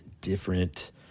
different